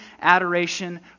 adoration